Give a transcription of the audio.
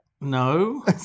No